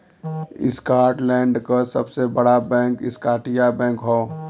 Scotland क सबसे बड़ा बैंक स्कॉटिया बैंक हौ